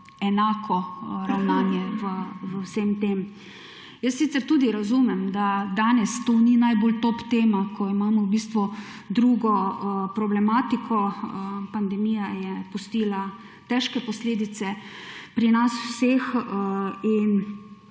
(nadaljevanje) Jaz sicer tudi razumem, da danes to ni najbolj top tema, ko imamo v bistvu drugo problematiko, pandemija je pustila težke posledice pri nas vseh,